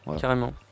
carrément